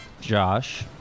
Josh